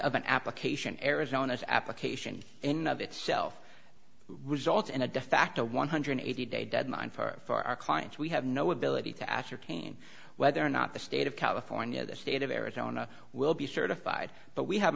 of an application arizona's application in of itself results in a defacto one hundred eighty day deadline for our clients we have no ability to ascertain whether or not the state of california the state of arizona will be certified but we have